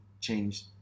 changed